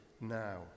now